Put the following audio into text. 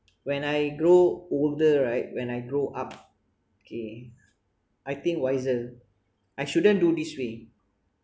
when I grow older right when I grow up okay I think wiser I shouldn't do this way